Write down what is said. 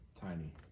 Tiny